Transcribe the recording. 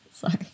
Sorry